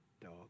dog